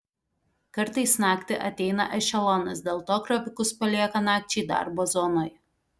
kartais naktį ateina ešelonas dėl to krovikus palieka nakčiai darbo zonoje